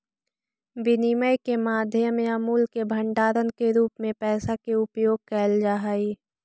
विनिमय के माध्यम या मूल्य के भंडारण के रूप में पैसा के उपयोग कैल जा हई